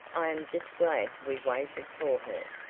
i am just glad we waited for her.